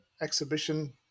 exhibition